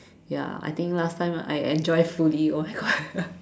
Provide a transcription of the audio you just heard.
ya I think last time I enjoy fully it was quite